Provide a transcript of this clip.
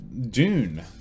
Dune